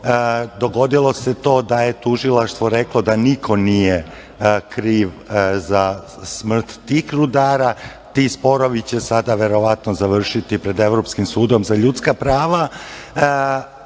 Dogodilo se to da je tužilaštvo reklo da niko nije kriv za smrt tih rudara. Ti sporovi će sada, verovatno, završiti pred Evropskim sudom za ljudska prava,